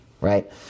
right